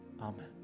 Amen